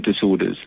disorders